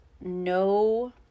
no